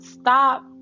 Stop